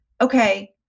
okay